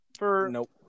Nope